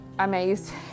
Amazed